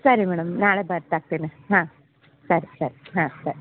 ಸರಿ ಮೇಡಮ್ ನಾಳೆ ಬರು ತರ್ತೇನೆ ಹಾಂ ಸರಿ ಸರಿ ಹಾಂ ಸರಿ